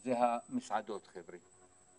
זה המסעדות, חבר'ה.